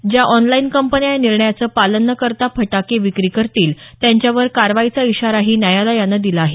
ज्या ऑनलाईन कंपन्या या निर्णयाचं पालन न करता फटाके विक्री करतील त्यांच्यावर कारवाईचा इशारा न्यायालयानं दिला आहे